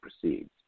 proceeds